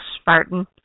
spartan